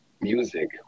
music